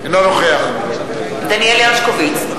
אינו נוכח דניאל הרשקוביץ,